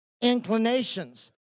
inclinations